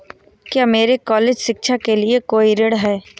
क्या मेरे कॉलेज शिक्षा के लिए कोई ऋण है?